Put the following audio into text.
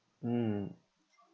mm